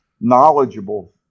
knowledgeable